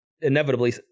Inevitably